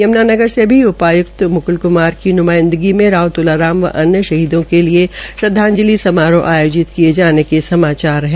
यमुनानगर से भी उपायुक्त मुकुल कुमार की नुमाइंदगी में राव तुलाराम व अन्य शहीदों के लिए श्रद्वाजंलि समारोह आयोजित किये जाने के समाचार है